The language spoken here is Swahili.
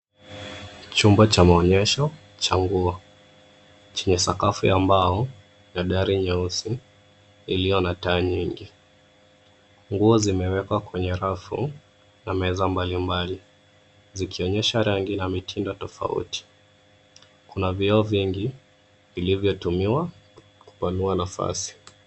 Chumba cha maonyesho cha nguo chenye sakafu ya mbao na dari nyeusi ilio na taa nyingi. Nguo zimewekwa kwenye rafu na meza mbalimbali zikionyesha rangi na mitindo tofauti. Kuna vioo vingi vilivyotumiwa kupanua nafasi.